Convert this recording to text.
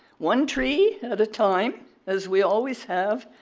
one tree at a time as we always have,